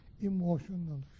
emotional